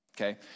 Okay